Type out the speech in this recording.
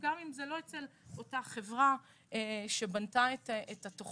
גם אם זה לא אצל אותה חברה שבנתה את התוכנית.